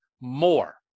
more